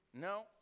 No